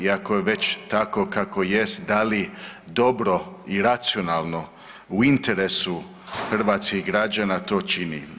I ako je već tako kako jest, da li dobro i racionalno u interesu hrvatskih građana to čini?